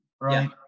right